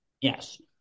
Yes